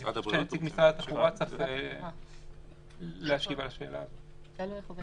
משרד התחבורה צריך להשיב על השאלה הזו.